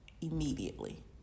immediately